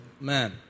man